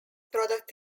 product